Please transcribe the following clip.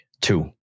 Two